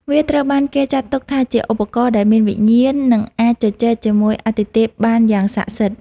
វាត្រូវបានគេចាត់ទុកថាជាឧបករណ៍ដែលមានវិញ្ញាណ និងអាចជជែកជាមួយអាទិទេពបានយ៉ាងស័ក្តិសិទ្ធិ។